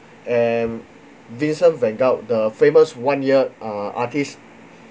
and vincent van gogh the famous one-eared uh artist